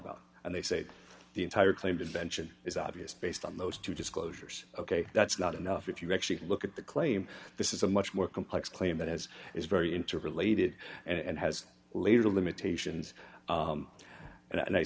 about and they say the entire claimed invention is obvious based on those two disclosures ok that's not enough if you actually look at the claim this is a much more complex claim that has is very interested and has laid the limitations and i